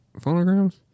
phonograms